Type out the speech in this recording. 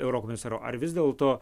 eurokomisaru ar vis dėlto